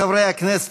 חברי הכנסת,